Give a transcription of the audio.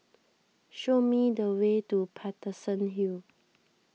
show me the way to Paterson Hill